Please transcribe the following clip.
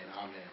amen